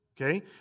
Okay